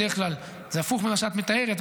בדרך כלל זה הפוך ממה שאת מתארת.